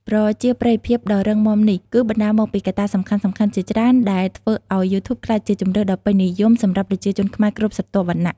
ប្រជាប្រិយភាពដ៏រឹងមាំនេះ គឺបណ្ដាលមកពីកត្តាសំខាន់ៗជាច្រើនដែលធ្វើឱ្យយូធូបក្លាយជាជម្រើសដ៏ពេញនិយមសម្រាប់ប្រជាជនខ្មែរគ្រប់ស្រទាប់វណ្ណៈ។